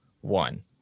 one